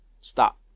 Stop